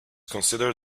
considered